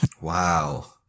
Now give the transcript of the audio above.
Wow